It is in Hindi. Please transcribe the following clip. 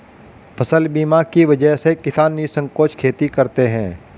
फसल बीमा की वजह से किसान निःसंकोच खेती करते हैं